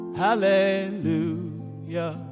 hallelujah